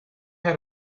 had